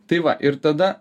tai va ir tada